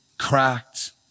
cracked